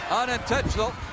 unintentional